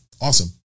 awesome